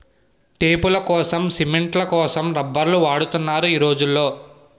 టేపులకోసం, సిమెంట్ల కోసం రబ్బర్లు వాడుతున్నారు ఈ రోజుల్లో